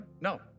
No